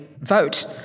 vote